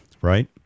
right